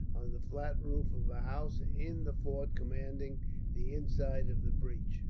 the flat roof of a house in the fort commanding the inside of the breach.